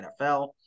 NFL